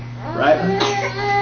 Right